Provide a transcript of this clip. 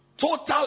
Total